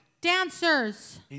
dancers